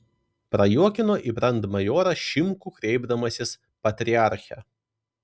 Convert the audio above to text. prajuokino į brandmajorą šimkų kreipdamasis patriarche